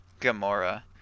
Gamora